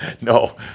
No